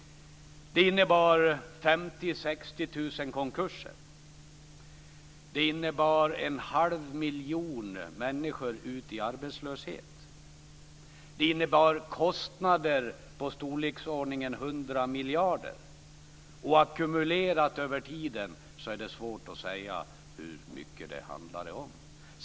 Det innebar 50 000-60 000 konkurser och att en halv miljon människor gick ut i arbetslöshet. Det innebar kostnader i storleksordningen 100 Det är svårt att säga hur mycket det handlat om ackumulerat över tiden.